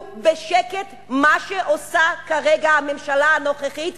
בשקט מה שעושה כרגע הממשלה הנוכחית,